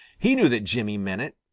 he knew that jimmy meant it.